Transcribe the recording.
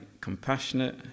compassionate